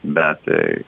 bet tai